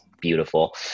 beautiful